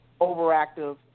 overactive